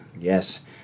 Yes